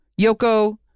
Yoko